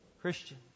Christian